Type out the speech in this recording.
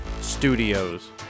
Studios